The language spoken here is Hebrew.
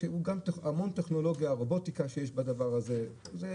יש בדבר הזה המון טכנולוגיה ורובוטיקה,